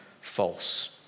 false